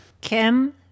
Kim